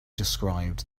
described